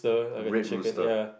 Red Rooster